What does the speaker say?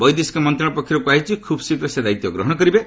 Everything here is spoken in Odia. ବୈଦେଶିକ ମନ୍ତ୍ରଣାଳୟ ପକ୍ଷରୁ କୁହାଯାଇଛି ଖୁବ୍ ଶୀଘ୍ର ସେ ଦାୟିତ୍ୱ ଗ୍ରହଣ କରିବେ